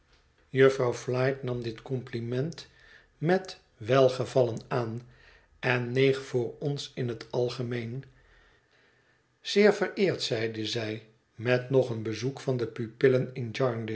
jufvrouw flite nam dit compliment met welgevallen aan en neeg voor ons in het algemeen zeer vereerd zeide zij met nog een bezoek van de pupillen in